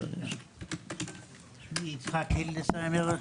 שמי יצחק הילדסהימר,